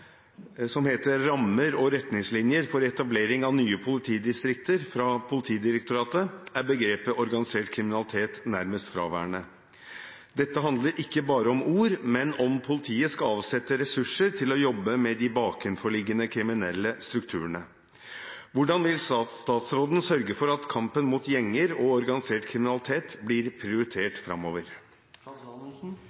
og retningslinjer for etablering av nye politidistrikter» fra Politidirektoratet er begrepet organisert kriminalitet nærmest fraværende. Dette handler ikke bare om ord, men om politiet skal avsette ressurser til å jobbe med de bakenforliggende kriminelle strukturene. Hvordan vil statsråden sørge for at kampen mot gjenger og organisert kriminalitet blir